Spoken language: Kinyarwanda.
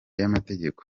y’amategeko